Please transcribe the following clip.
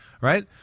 Right